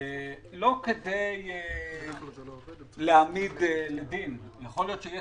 לא כדי להעמיד לדין יכול להיות שיהיה